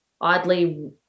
oddly